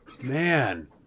Man